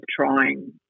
trying